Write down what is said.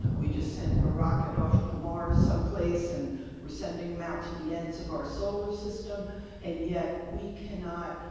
we just sent a rocket off to mars someplace and we're sending them out to the ends of our solar system and yet, we cannot,